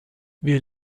wir